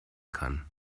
kann